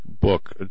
book